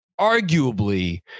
arguably –